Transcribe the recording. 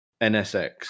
NSX